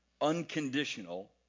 unconditional